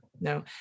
No